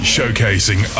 Showcasing